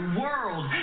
world